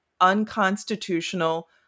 unconstitutional